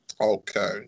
Okay